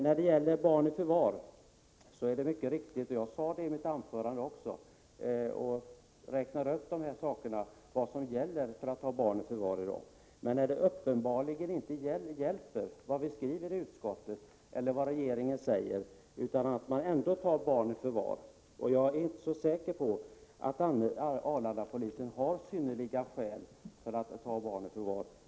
När det gäller barn i förvar är det riktigt att det finns regler för detta. Och i mitt anförande räknade jag också upp vad som i dag gäller för att ta barn i förvar. Det räcker uppenbarligen inte med vad vi i utskottet skriver eller vad regeringen säger. Man tar ändå barn i förvar. Jag är inte så säker på att Arlandapolisen har synnerliga skäl för att ta barn i förvar.